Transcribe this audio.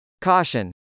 Caution